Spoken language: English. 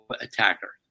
attacker